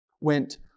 went